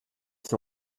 qui